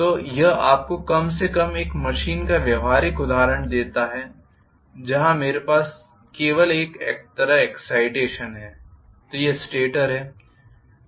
तो यह आपको कम से कम एक मशीन का व्यावहारिक उदाहरण देता है जहां मेरे पास केवल एक तरफ एक्साइटेशन है तो यह स्टेटर है